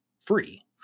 free